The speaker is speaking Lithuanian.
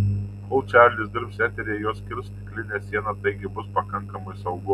kol čarlis dirbs eteryje juos skirs stiklinė siena taigi bus pakankamai saugu